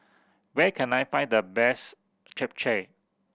where can I find the best Japchae